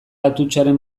atutxaren